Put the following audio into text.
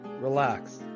relax